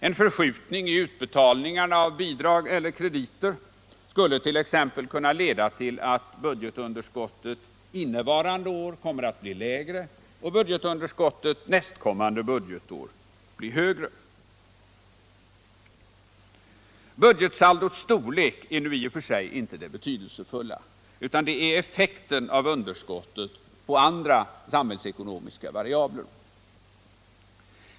En förskjutning i utbetalningarna av bidrag eller krediter skulle t.ex. kunna leda till att budgetunderskottet innevarande år kommer att bli lägre och budgetunderskottet nästkommande år högre. Budpgetsaldots storlek är i och för sig inte det betydelsefulla, utan det är effekten av underskottet på andra samhällsekonomiska variabler.